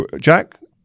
Jack